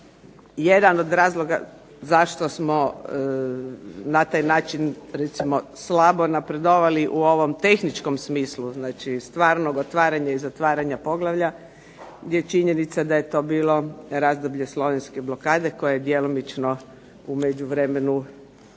jedan od razloga zašto smo na taj način slabo napredovali u ovom tehničkom smislu, znači stvarnog otvaranja i zatvaranja poglavlja je činjenica da je to bilo razdoblje Slovenske blokade koja je u međuvremenu